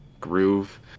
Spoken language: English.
groove